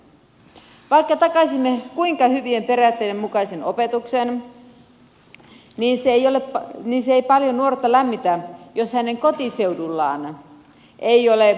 vaikka takaisimme kuinka hyvien periaatteiden mukaisen opetuksen niin se ei paljon nuorta lämmitä jos hänen kotiseudullaan ei ole oppilaitosta ollenkaan